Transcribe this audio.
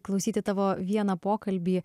klausyti tavo vieną pokalbį